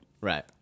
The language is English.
Right